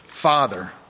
father